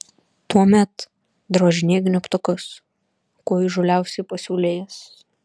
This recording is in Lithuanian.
tuomet drožinėk gnybtukus kuo įžūliausiai pasiūlė jis